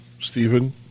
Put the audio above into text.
Stephen